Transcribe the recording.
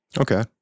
Okay